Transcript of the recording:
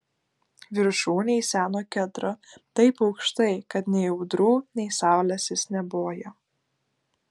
viršūnėj seno kedro taip aukštai kad nei audrų nei saulės jis neboja